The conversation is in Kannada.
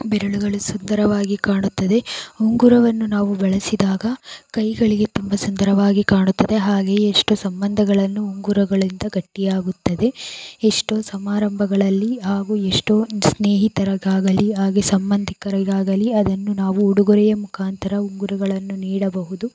ಬೆರಳುಗಳು ಸುಂದರವಾಗಿ ಕಾಣುತ್ತದೆ ಉಂಗುರವನ್ನು ನಾವು ಬಳಸಿದಾಗ ಕೈಗಳಿಗೆ ತುಂಬ ಸುಂದರವಾಗಿ ಕಾಣುತ್ತದೆ ಹಾಗೆ ಎಷ್ಟು ಸಂಬಂಧಗಳನ್ನು ಉಂಗುರಗಳಿಂದ ಗಟ್ಟಿಯಾಗುತ್ತದೆ ಎಷ್ಟೋ ಸಮಾರಂಭಗಳಲ್ಲಿ ಹಾಗೂ ಎಷ್ಟೋ ಸ್ನೇಹಿತರಿಗಾಗಲಿ ಹಾಗೆ ಸಂಬಂಧಿಕರಿಗಾಗಲಿ ಅದನ್ನು ನಾವು ಉಡುಗೊರೆಯ ಮುಖಾಂತರ ಉಂಗುರಗಳನ್ನು ನೀಡಬಹುದು